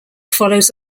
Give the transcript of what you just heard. follows